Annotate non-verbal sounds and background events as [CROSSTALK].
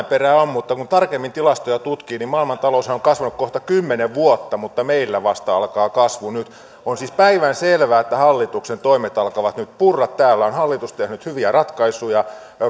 [UNINTELLIGIBLE] perää on mutta kun tarkemmin tilastoja tutkii niin maailmantaloushan on kasvanut kohta kymmenen vuotta mutta meillä alkaa kasvu vasta nyt on siis päivänselvää että hallituksen toimet alkavat nyt purra täällä on hallitus tehnyt hyviä ratkaisuja joilla